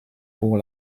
pour